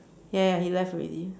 ya ya he left already